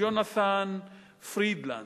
ג'ונתן פרידלנד,